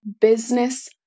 business